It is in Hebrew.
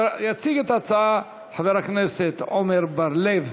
יציג את ההצעה חבר הכנסת עמר בר-לב.